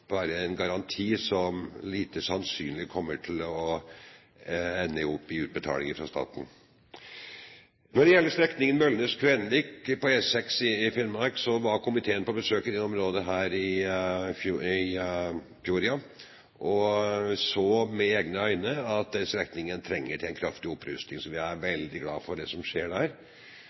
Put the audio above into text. bare er en garanti som det er lite sannsynlig kommer til å ende opp i utbetalinger fra staten. Når det gjelder strekningen Møllnes–Kvenvik på E6 i Finnmark, var komiteen på besøk i dette området i fjor og så med egne øyne at den strekningen trenger en kraftig opprustning. Så vi er veldig glad for det som skjer der.